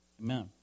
Amen